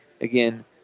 again